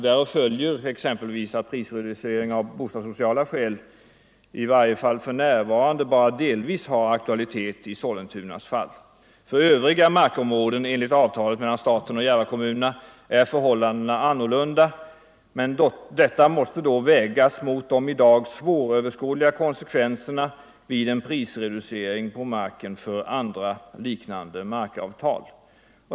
Därav följer exempelvis att prisreducering av bostadssociala skäl, i varje fall för närvarande, bara delvis har aktualitet i Sollentunas fall. För övriga markområden enligt avtalet mellan staten och Järvakommunerna är förhållandena annorlunda, men detta måste då vägas mot de i dag svåröverskådliga konsekvenserna vid en prisreducering på marken för andra liknande markavtal.